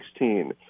2016